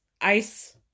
ice